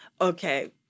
Okay